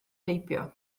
heibio